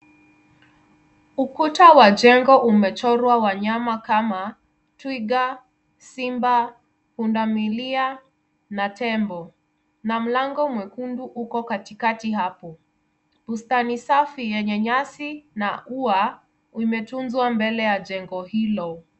Ukuta wa jengo umechorwa wanyama kama twiga, simba, punda milia na tembo na mlango mwekundu uko katikati hapo. Bustani safi yenye nyasi na ua imetunzwa mbele ya jengo hilo.